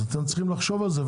אז אתם צריכים לחשוב על זה,